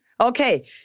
Okay